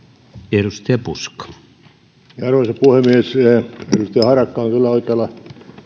arvoisa puhemies edustaja harakka on kyllä oikeilla